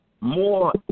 more